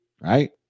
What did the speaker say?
Right